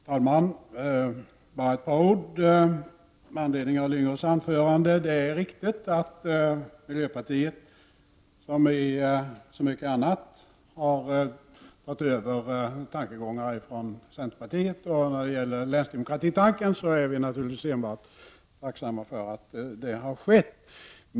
Herr talman! Bara ett par ord med anledning av Gösta Lyngås anförande. Det är riktigt att miljöpartiet, som i mycket annat, har tagit över tankegångar från centerpartiet. Vad gäller länsdemokratitanken är vi naturligtvis enbart tacksamma för att det har skett.